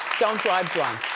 don't drive drunk.